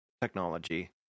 technology